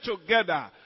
together